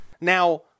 Now